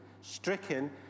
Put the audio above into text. stricken